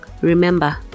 remember